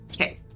Okay